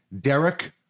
derek